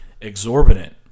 exorbitant